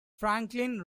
franklin